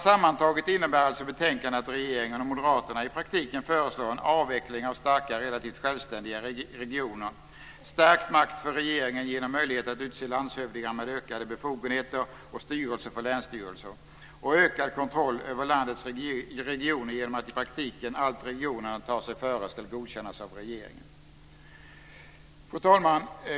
Sammantaget innebär alltså betänkandet att regeringen och moderaterna i praktiken föreslår en avveckling av starka, relativt självständiga regioner, stärkt makt för regeringen genom möjligheten att utse landshövdingar med ökade befogenheter och styrelser för länsstyrelser och ökad kontroll över landets regioner genom att i praktiken allt regionerna tar sig före ska godkännas av regeringen. Fru talman!